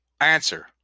answer